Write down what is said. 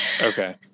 Okay